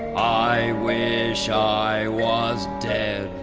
i wish i was dead